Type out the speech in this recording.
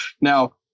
now